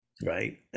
right